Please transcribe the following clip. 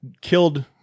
killed